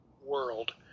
world